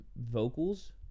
vocals